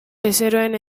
bezeroen